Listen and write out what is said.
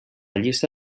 llista